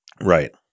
Right